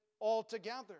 altogether